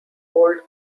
old